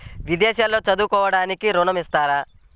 విదేశాల్లో చదువుకోవడానికి ఋణం ఇస్తారా?